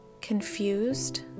confused